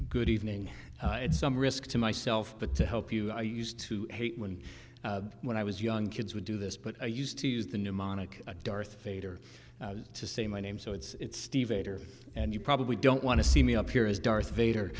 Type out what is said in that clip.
good evening at some risk to myself but to help you i used to hate when when i was young kids would do this put a used to use the mnemonic darth vader to say my name so it's steve ater and you probably don't want to see me up here is darth vader